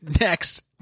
Next